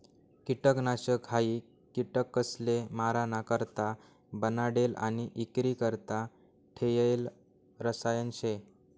किटकनाशक हायी किटकसले माराणा करता बनाडेल आणि इक्रीकरता ठेयेल रसायन शे